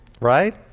Right